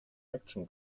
action